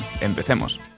¡Empecemos